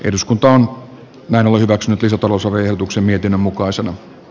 eduskuntaan meno hyväksynyt isotalo sovellutuksen yhdenmukaisa